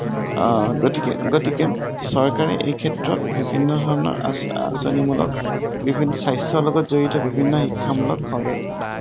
গতিকে চৰকাৰে এইক্ষেত্ৰত বিভিন্ন ধৰণৰ আচনি মূলক বিভিন্ন সাচ্য লগত জড়িত বিভিন্ন শিক্ষামূলক সজাগত